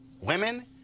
women